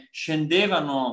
scendevano